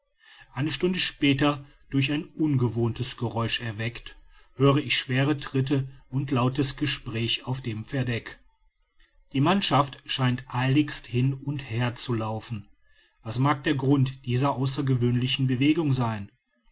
einige stunden später durch ein ungewohntes geräusch erweckt höre ich schwere tritte und lautes gespräch auf dem verdeck die mannschaft scheint eiligst hin und her zu laufen was mag der grund dieser außergewöhnlichen bewegung sein